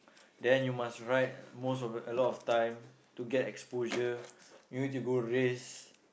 then you must ride most of the a lot of time to get exposure you need to go race